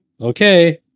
okay